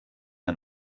ein